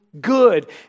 good